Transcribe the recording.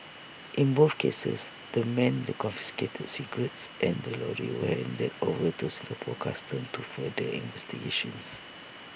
in both cases the men the confiscated cigarettes and the lorries were handed over to Singapore Customs to further investigations